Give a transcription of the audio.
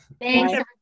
Thanks